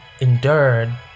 endured